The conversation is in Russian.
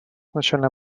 начальное